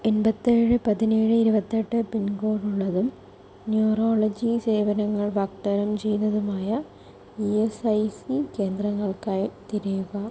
എൺപത്തേഴ് പതിനേഴ് ഇരുപത്തെട്ട് പിൻകോഡ് ഉള്ളതും ന്യൂറോളജി സേവനങ്ങൾ വാഗ്ദാനം ചെയ്യുന്നതുമായ ഇ എസ് ഐ സി കേന്ദ്രങ്ങൾക്കായി തിരയുക